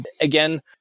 again